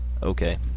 Okay